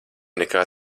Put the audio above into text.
nekā